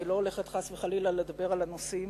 אני לא הולכת חס וחלילה לדבר על הנושאים